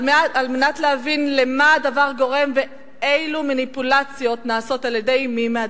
על מנת להבין למה הדבר גורם ואילו מניפולציות נעשות על-ידי מי מהצדדים.